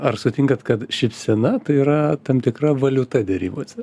ar sutinkat kad šypsena tai yra tam tikra valiuta derybose